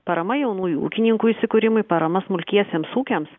parama jaunųjų ūkininkų įsikūrimui parama smulkiesiems ūkiams